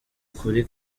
kuri